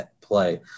play